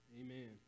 Amen